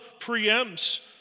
preempts